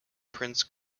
prince